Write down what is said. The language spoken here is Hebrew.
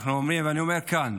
אני אומר כאן: